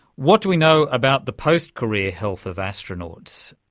what do we know about the post-career health of astronauts?